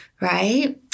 right